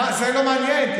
זה לא מעניין.